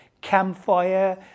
campfire